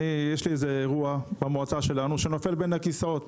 יש אירוע במועצה שלנו שנופל בין הכיסאות,